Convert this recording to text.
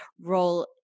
role